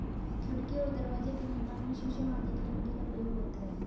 खिड़की और दरवाजे के निर्माण में शीशम आदि की लकड़ी का प्रयोग होता है